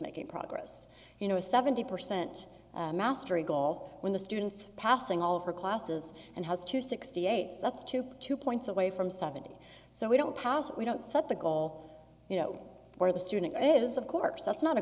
making progress you know a seventy percent mastery goal when the students passing all of her classes and has to sixty eight slots to two points away from seventy so we don't pass it we don't set the goal you know where the student is of course that's not a